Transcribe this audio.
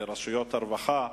רשויות הרווחה.